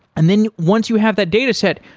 and then once you have that data set,